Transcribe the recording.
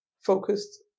focused